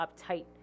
uptight